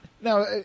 Now